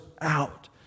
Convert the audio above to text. out